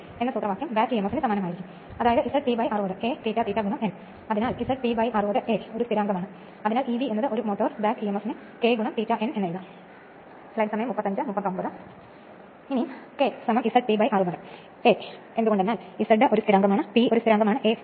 അതിനാൽ പ്രത്യേകിച്ചും രണ്ടാം അല്ലെങ്കിൽ മൂന്നാം വർഷ ഇൻഡക്ഷൻ മെഷീൻ പരീക്ഷണത്തിൽ പരീക്ഷണം നടത്തുമ്പോൾ ആ സമയത്ത് വൂണ്ട് റോട്ടർ മെഷീൻ തീർച്ചയായും കാണും